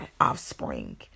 offspring